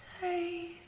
Say